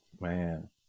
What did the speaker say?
man